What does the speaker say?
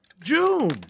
June